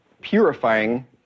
purifying